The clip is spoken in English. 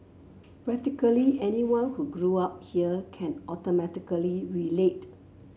practically anyone who grew up here can automatically relate